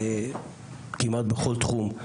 כמעט בכל תחום,